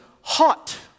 hot